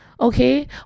okay